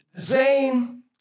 Zane